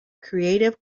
creative